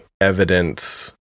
evidence